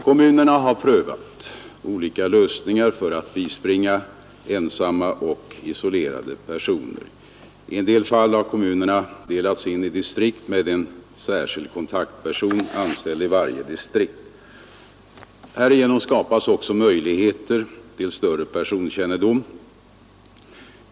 Kommunerna har prövat olika lösningar för att bispringa ensamma och isolerade personer. I en del fall har kommunerna delats in i distrikt, och i vart och ett av dessa finns en särskild kontaktperson anställd. Härigenom skapas också möjligheter till större personkännedom.